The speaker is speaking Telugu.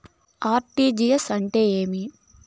ఆర్.టి.జి.ఎస్ అంటే ఏమి